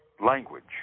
Language